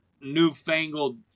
newfangled